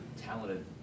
talented